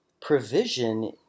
provision